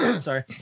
sorry